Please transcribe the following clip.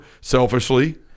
selfishly